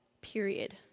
period